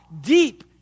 deep